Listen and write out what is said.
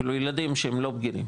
כאילו הילדים שהם לא בגירים,